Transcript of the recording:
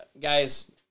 guys